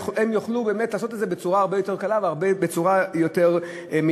יוכלו באמת לעשות את זה בצורה הרבה יותר קלה ובצורה יותר מהירה.